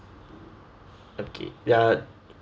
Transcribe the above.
okay yeah